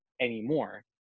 anymore